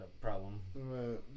problem